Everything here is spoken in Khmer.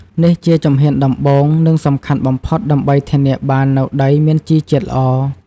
នេះជាជំហានដំបូង និងសំខាន់បំផុតដើម្បីធានាបាននូវដីមានជីជាតិល្អ។